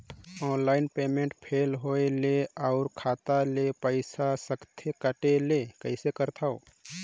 Online payment fail होय ले अउ खाता ले पईसा सकथे कटे ले कइसे करथव?